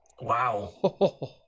Wow